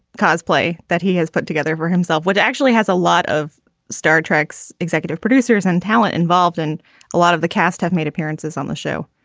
cosplay that he put together for himself. what actually has a lot of star trek's executive producers and talent involved. and a lot of the cast have made appearances on the show.